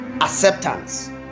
acceptance